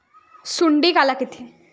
सुंडी काला कइथे?